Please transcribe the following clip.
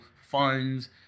funds